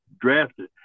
drafted